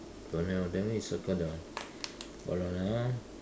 don't have then we circle that one hold on ah